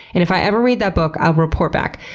and if i ever read that book i'll report back.